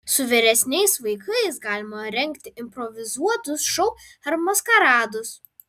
su vyresniais vaikais galima rengti improvizuotus šou ar maskaradus